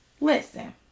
Listen